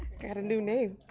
got a new name.